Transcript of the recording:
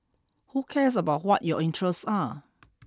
who cares about what your interests are